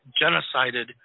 genocided